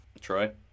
Troy